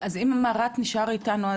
אז אם מרט נשאר איתנו,